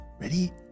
Ready